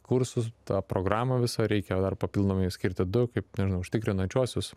kursus tą programą visą reikia dar papildomai skirti du kaip nežinau užtikrinančiuosius